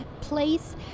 place